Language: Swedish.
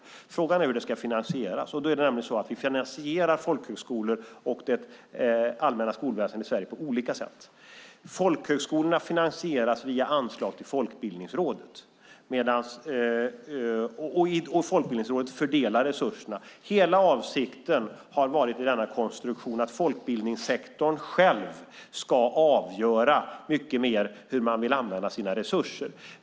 Frågan är hur det ska finansieras. Vi finansierar folkhögskolor och det allmänna skolväsendet i Sverige på olika sätt. Folkhögskolorna finansieras via anslag till Folkbildningsrådet, och Folkbildningsrådet fördelar resurserna. Avsikten med denna konstruktion har varit att folkbildningssektorn själv mycket mer ska avgöra och säga hur man vill att resurserna ska användas.